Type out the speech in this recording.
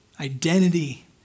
Identity